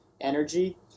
energy